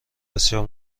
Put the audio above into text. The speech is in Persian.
بسیار